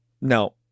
Now